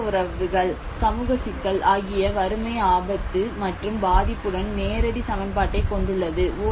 சமூக உறவுகள் சமூக சிக்கல் ஆகிய வறுமை ஆபத்து மற்றும் பாதிப்புடன் நேரடி சமன்பாட்டைக் கொண்டுள்ளது